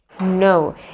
no